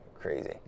crazy